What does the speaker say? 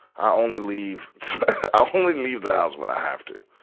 i only leave, i only leave the house when i have to.